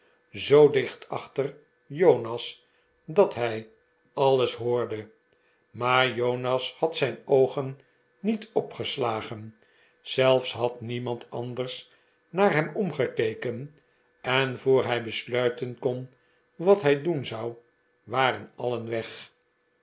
zoo dicht achter jonas dat hij alles hoorde maar jonas had zijn oogen niet opgeslagen zelfs had niemand anders naar hem omgekeken en voor hij besluiten kon wat hij doen zou waren alien weg